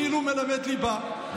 כאילו הוא מלמד ליבה.